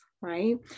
right